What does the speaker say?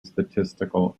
statistical